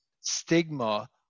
stigma